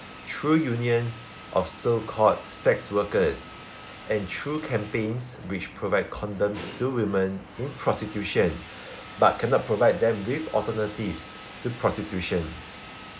through unions of so-called sex workers and through campaigns which provide condoms to women in prostitution but cannot provide them with alternatives to prostitution